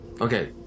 Okay